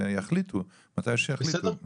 ויחליטו מתי שיחליטו.